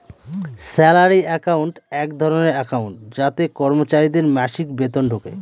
salary account এক ধরনের account যাতে কর্মচারীদের মাসিক বেতন ঢোকে